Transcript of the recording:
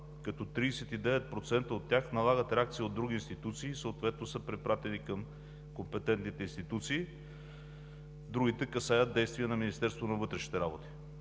като 39% от тях налагат реакция от други институции и съответно са препратени към компетентните към тях, а другите касаят действия на Министерството на вътрешните работи.